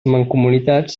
mancomunitats